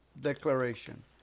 declaration